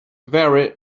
very